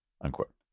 unquote